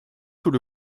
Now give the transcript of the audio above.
tout